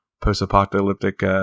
post-apocalyptic